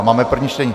Máme první čtení.